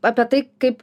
apie tai kaip